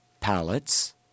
pallets